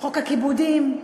חוק הכיבודים.